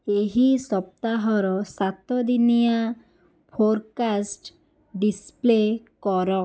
ଏହି ସପ୍ତାହର ସାତଦିନିଆ ଫୋର୍କାଷ୍ଟ୍ ଡିସ୍ପ୍ଲେ କର